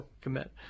commit